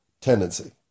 tendency